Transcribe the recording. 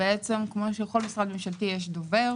שלכל משרד ממשלתי יש דובר